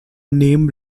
name